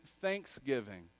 thanksgiving